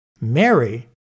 Mary